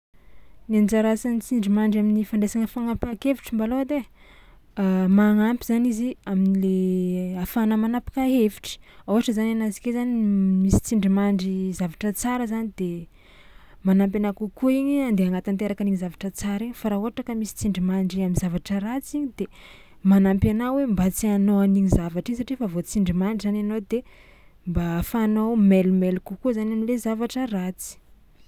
Ny anjara asan'ny tsindrimandry amin'ny fandraisana fagnapahan-kevitra mbalôha edy ai magnampy zany izy am'le ahafahana manapaka hevitry ôhara zany anazy ake zany m- misy tsindrimandry zavatra tsara zany de manampy anahy kokoa igny andeha hagnatanteraka an'igny zavatra tsara igny fa raha ohatra ka misy tsindrimandry am'zavatra ratsy igny de manampy anahy hoe mba tsy hanao an'igny zavatra i satria efa voatsindrimandry zany anao de mba ahafahanao mailomailo kokoa zany am'le zavatra ratsy.